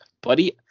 Buddy